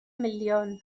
miliwn